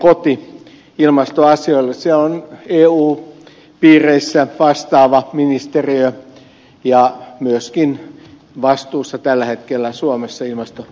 se on eu piireissä vastaava ministeriö ja myöskin tällä hetkellä suomessa vastuussa ilmastopolitiikasta